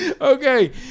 okay